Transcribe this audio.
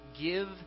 give